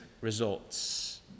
results